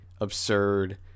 absurd